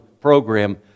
program